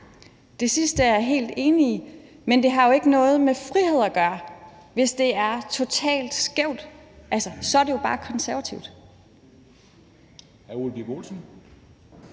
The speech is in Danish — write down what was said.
Det sidste er jeg helt enig i, men det har jo ikke noget med frihed at gøre, hvis det er totalt skævt. Så er det jo bare konservativt.